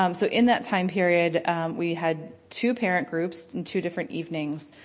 um so in that time period we had two parent groups in two different evenings,